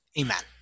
Amen